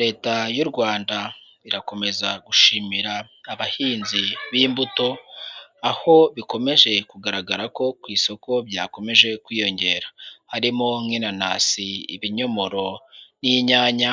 Leta y'u Rwanda irakomeza gushimira abahinzi b'imbuto, aho bikomeje kugaragara ko ku isoko byakomeje kwiyongera, harimo nk'inanasi, ibinyomoro n'inyanya.